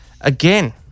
Again